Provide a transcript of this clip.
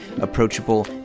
approachable